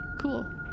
Cool